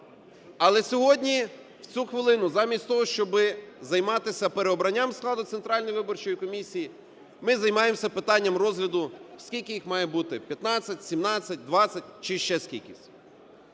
Але сьогодні, в цю хвилину, замість того, щоби займатися переобрання складу Центральної виборчої комісії, ми займаємося питанням розгляду, скільки їх має бути: 15, 17, 20 чи ще скількись.